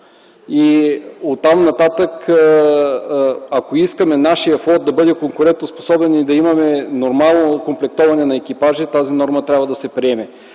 Оттам нататък, ако искаме нашият флот да бъде конкурентоспособен и да имаме нормално окомплектоване на екипажи, тази норма трябва да се приеме.